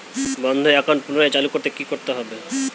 বন্ধ একাউন্ট পুনরায় চালু করতে কি করতে হবে?